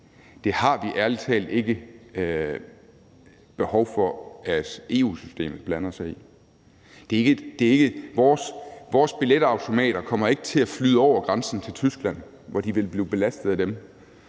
har vi ærlig talt ikke behov for, at EU-systemet blander sig i. Vores billetautomater kommer ikke til at flyde over grænsen til Tyskland, hvor man ville blive belastet af dem.